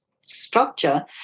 structure